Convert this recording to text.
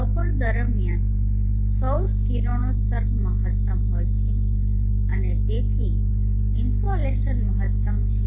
બપોર દરમ્યાન સૌર કિરણોત્સર્ગ મહત્તમ હોય છે અને તેથી ઈનસોલેસન મહત્તમ છે